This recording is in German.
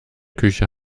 küche